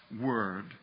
word